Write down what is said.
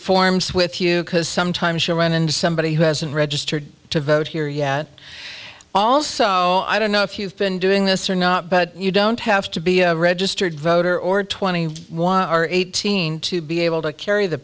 forms with you because sometimes you run into somebody who hasn't registered to vote here yet also i don't know if you've been doing this or not but you don't have to be a registered voter or twenty why are eighteen to be able to carry the